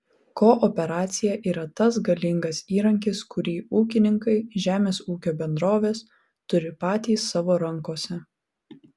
kooperacija yra tas galingas įrankis kurį ūkininkai žemės ūkio bendrovės turi patys savo rankose